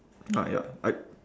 ah ya I